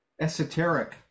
esoteric